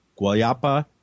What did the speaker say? Guayapa